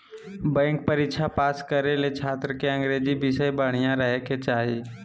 bank परीक्षा पास करे ले छात्र के अंग्रेजी विषय बढ़िया रहे के चाही